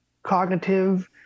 Cognitive